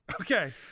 Okay